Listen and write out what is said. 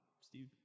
Steve